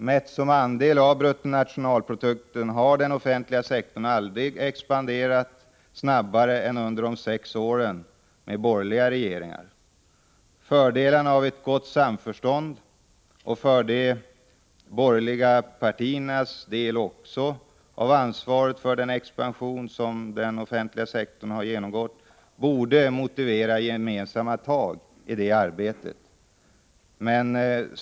Mätt som andel av bruttonationalprodukten har den offentliga sektorn aldrig expanderat snabbare än den gjorde under de sex åren med borgerliga regeringar. Fördelarna av ett gott samförstånd och, för de borgerliga partiernas del, av ansvaret för den expansion som den offentliga sektorn har genomgått borde motivera gemensamma tag i detta arbete.